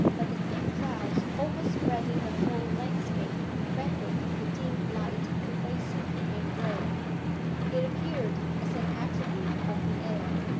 but the thick clouds overspreading the whole landscape rendered the dim light pervasive and grey it appeared as an attribute of the air.